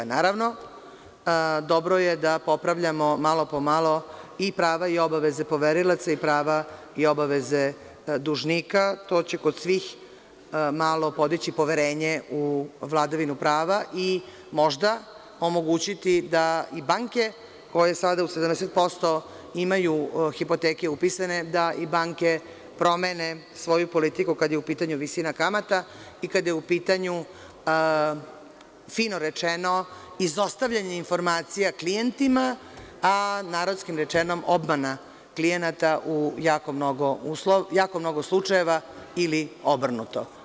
Naravno, dobro je da popravljamo malo po malo i prava i obaveze poverilaca i prava i obaveze dužnika, to će kod svih malo podići poverenje u vladavinu prava i možda omogućiti i banke koje sada u 70% imaju hipoteke upisane, da i banke promene svoju politiku kada je u pitanju visina kamata i kada je u pitanju, fino rečeno, izostavljanje informacija klijentima, a narodski rečeno obmana klijenata u jako mnogo slučajeva ili obrnuto.